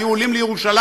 היו עולים לירושלים